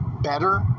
better